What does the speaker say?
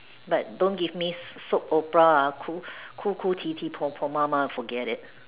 but don't give me soap opera ah 哭哭哭啼啼婆婆妈妈 forget it